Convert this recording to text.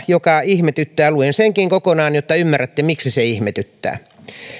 joka ihmetyttää luen myös kokonaan jotta ymmärrätte miksi se ihmetyttää